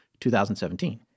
2017